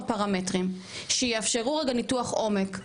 פרמטרים שיאפשרו רגע ניתוח עומק סוציולוגי.